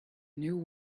new